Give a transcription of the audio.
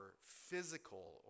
physical